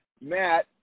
Matt